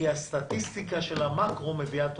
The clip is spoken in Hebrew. כי הסטטיסטיקה של המקרו מביאה תוצאה.